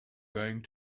going